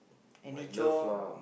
any chore